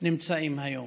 נמצאות היום?